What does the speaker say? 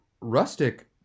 rustic